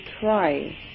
try